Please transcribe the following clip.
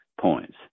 points